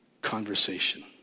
conversation